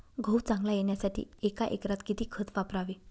गहू चांगला येण्यासाठी एका एकरात किती खत वापरावे?